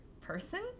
person